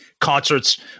concerts